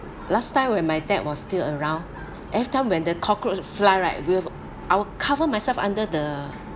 last time when my dad was still around every time when the cockroach fly right we have I will cover myself under the